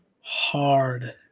hard